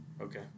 Okay